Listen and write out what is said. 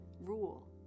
rule